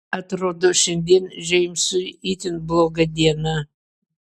atrodo šiandien džeimsui itin bloga diena